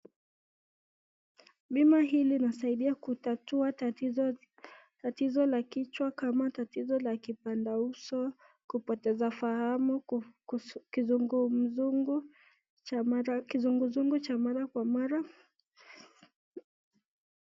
Bima hili linasaidia kutatua tatizo la kichwa kama tatizo la kipanda uso, kupoteza ufahamu , kizungu kizungu cha mara kwa mara .